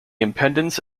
impedance